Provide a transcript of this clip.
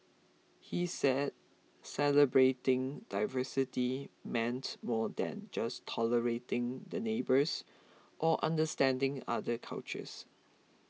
he said celebrating diversity meant more than just tolerating the neighbours or understanding other cultures